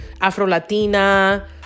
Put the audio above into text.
Afro-Latina